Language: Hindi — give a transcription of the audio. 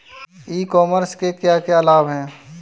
ई कॉमर्स के क्या क्या लाभ हैं?